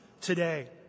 today